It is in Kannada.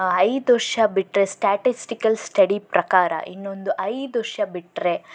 ಐದ್ವರ್ಷ ಬಿಟ್ರೆ ಸ್ಟ್ಯಾಟಿಸ್ಟಿಕಲ್ಸ್ ಸ್ಟಡಿ ಪ್ರಕಾರ ಇನ್ನೊಂದು ಐದ್ವರ್ಷ ಬಿಟ್ರೆ